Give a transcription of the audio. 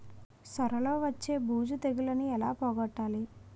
సొర లో వచ్చే బూజు తెగులని ఏల పోగొట్టాలి?